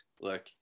look